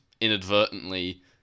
inadvertently